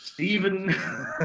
Stephen